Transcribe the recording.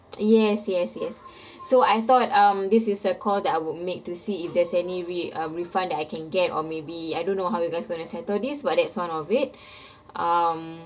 yes yes yes so I thought um this is a call that I would make to see if there's any re~ uh refund that I can get or maybe I don't know how you guys gonna settle this but that's one of it um